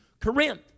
Corinth